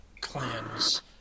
Clans